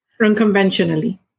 Unconventionally